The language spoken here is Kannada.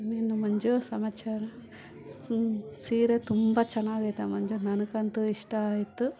ಇನ್ನೇನು ಮಂಜು ಸಮಾಚಾರ ಸೀರೆ ತುಂಬ ಚೆನ್ನಾಗೈತೆ ಮಂಜು ನನಗಂತು ಇಷ್ಟ ಆಯಿತು